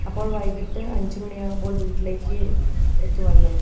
അപ്പോൾ വൈകീട്ട് അഞ്ച് മണിയാകുമ്പോൾ വീട്ടിലേക്ക് എത്തുമല്ലോ